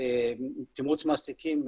תמרוץ מעסיקים,